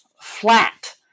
flat